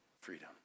freedom